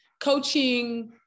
coaching